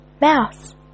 Mouse